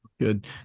Good